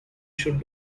should